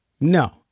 No